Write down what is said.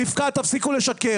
רבקה, תפסיקו לשקר.